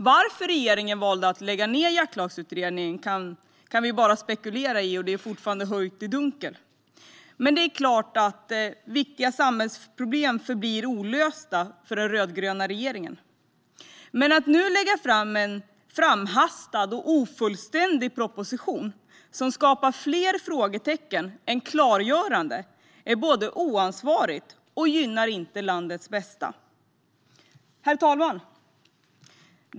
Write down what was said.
Varför regeringen valde att lägga ned Jaktlagsutredningen kan vi bara spekulera i. Det är fortfarande höljt i dunkel. Det står klart att viktiga samhällsproblem förblir olösta för den rödgröna regeringen. Men att nu lägga fram en framhastad och ofullständig proposition som skapar fler frågor än klargöranden är oansvarigt och gynnar inte landet. Herr talman!